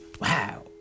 Wow